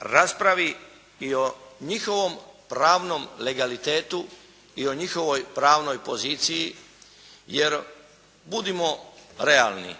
raspravi i o njihovom pravnom legalitetu i o njihovoj pravnoj poziciji. Jer, budimo realni,